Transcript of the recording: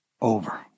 over